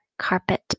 carpet